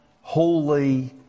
holy